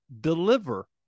deliver